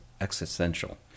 existential